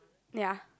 ya